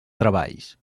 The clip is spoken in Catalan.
treballs